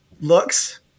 looks